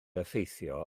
effeithio